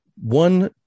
One